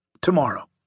Tomorrow